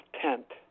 tent